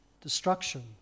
destruction